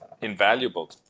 invaluable